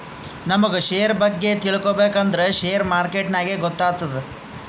ನಮುಗ್ ಶೇರ್ ಬಗ್ಗೆ ತಿಳ್ಕೋಬೇಕು ಅಂದ್ರ ಶೇರ್ ಮಾರ್ಕೆಟ್ ನಾಗೆ ಗೊತ್ತಾತ್ತುದ